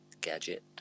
Gadget